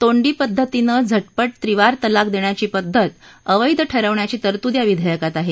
तोंडी पद्धतीनं झटपट त्रिवार तलाक देण्याची पद्धत अवैध ठरवण्याची तरतूद या विधेयकात आहे